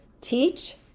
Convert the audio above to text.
Teach